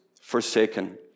forsaken